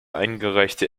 eingereichte